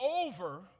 over